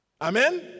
Amen